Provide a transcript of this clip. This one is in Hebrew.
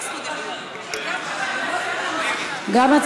גם חבר הכנסת מיקי רוזנטל.